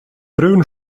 brun